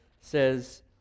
says